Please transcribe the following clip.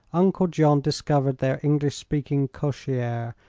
uncle john discovered their english speaking cocchiere,